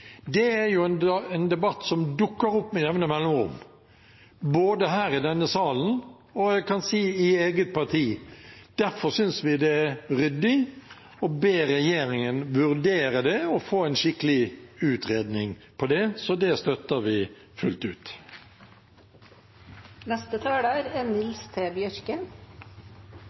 Det er en debatt som dukker opp med jevne mellomrom, både her i denne salen og – jeg kan si – i eget parti. Derfor syns vi det er ryddig å be regjeringen vurdere det og få en skikkelig utredning av det, så det støtter vi fullt ut. Det er